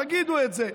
תגידו את זה,